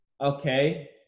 okay